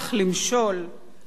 ועוד כוח למשול,